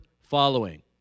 following